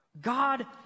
God